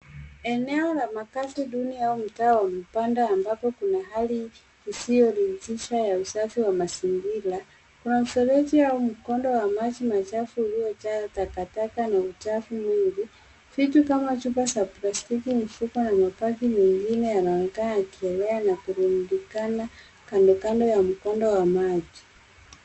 Eneo la makazi duni au mtaa wa mabanda ambapo kuna hali isiyoridhisha ya usafi wa mazingira. Kuna mfereji au mkondo wa maji machafu uliojaa takataka na uchafu mwingi. Vitu kama chupa za plastiki, mifuko, na mabaki mengine yanaonekana yakielea na kurundikana kando kando ya mkondo wa maji.